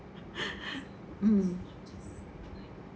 mm